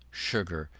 sugar,